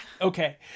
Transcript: Okay